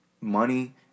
money